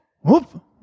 whoop